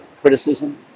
criticism